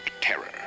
terror